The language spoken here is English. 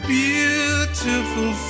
beautiful